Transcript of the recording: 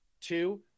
Two